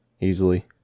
easily